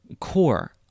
core